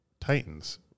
Titans